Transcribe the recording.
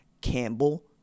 Campbell